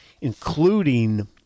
including